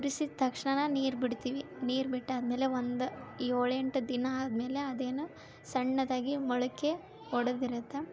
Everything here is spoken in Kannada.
ಉರಿಸಿದ ತಕ್ಷಣ ನೀರು ಬಿಡ್ತೀವಿ ನೀರು ಬಿಟ್ಟಾದ ಮೇಲೆ ಒಂದು ಏಳೆಂಟು ದಿನ ಆದ್ಮೇಲೆ ಅದೇನು ಸಣ್ಣದಾಗಿ ಮೊಳಕೆ ಒಡೆದಿರತ್ತ